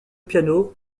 piano